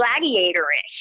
gladiator-ish